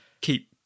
keep